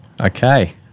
Okay